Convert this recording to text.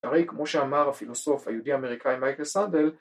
‫והרי כמו שאמר הפילוסוף היהודי ‫האמריקאי מייקל סאדל,